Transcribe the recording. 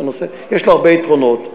יש לו הרבה יתרונות.